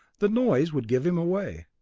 the noise would give him away.